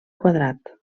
quadrat